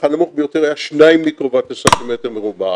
הנמוך ביותר היה 2 מיקרוואט לס"מ מרובע,